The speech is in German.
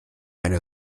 eine